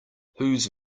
whose